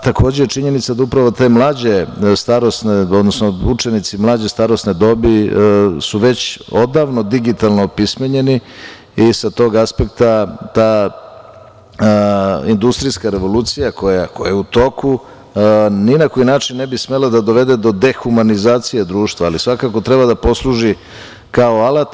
Takoše je činjenica da upravo učenici mlađe starosne dobi su već odavno digitalno opismenjeni i sa tog aspekta, ta industrijska revolucija koja je u toku ni na koji način ne bi smela da dovede do dehumanizacije društva, ali svakako treba da posluži kao alat.